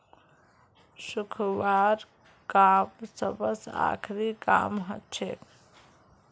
सुखव्वार काम सबस आखरी काम हछेक